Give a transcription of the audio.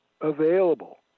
Available